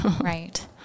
Right